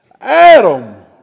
Adam